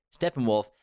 steppenwolf